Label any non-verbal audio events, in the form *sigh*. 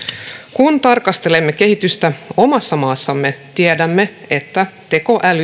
kun tarkastelemme kehitystä omassa maassamme tiedämme että tekoäly *unintelligible*